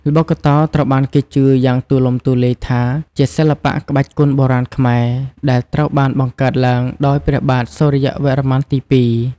ល្បុក្កតោត្រូវបានគេជឿយ៉ាងទូលំទូលាយថាជាសិល្បៈក្បាច់គុនបុរាណខ្មែរដែលត្រូវបានបង្កើតឡើងដោយព្រះបាទសូរ្យវរ្ម័នទី២។